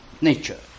nature